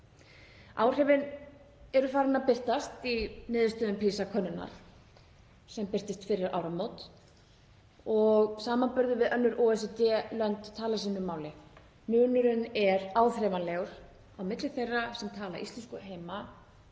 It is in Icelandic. Áhrifin eru farin að birtast í niðurstöðum PISA-könnunarinnar sem birtist fyrir áramót og samanburður við önnur OECD-lönd talar sínu máli. Munurinn er áþreifanlegur á milli þeirra sem tala íslensku heima